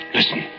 Listen